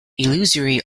illusory